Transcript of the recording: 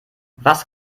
was